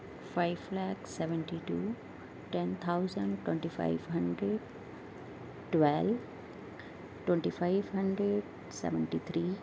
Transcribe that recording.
five lakh seventy two ten thousand twenty five hundred twelve twenty five hundred seventy three